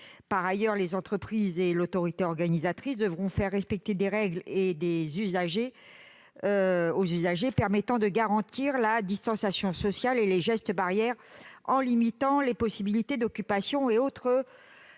Par ailleurs, les entreprises et les autorités organisatrices devront faire respecter aux usagers des règles permettant de garantir la distanciation sociale et les gestes barrières, en limitant les possibilités d'occupation des véhicules,